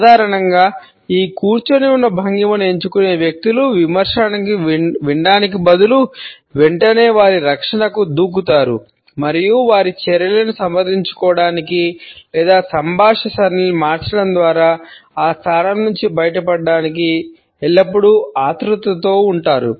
సాధారణంగా ఈ కూర్చొని ఉన్న భంగిమను ఎంచుకునే వ్యక్తులు విమర్శలను వినడానికి బదులు వెంటనే వారి రక్షణకు దూకుతారు మరియు వారి చర్యలను సమర్థించుకోవడానికి లేదా సంభాషణ సరళిని మార్చడం ద్వారా ఆ స్థానం నుండి బయటపడటానికి ఎల్లప్పుడూ ఆతురుతలో ఉంటారు